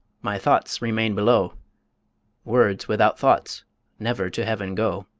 my thoughts remain below words without thoughts never to heaven go.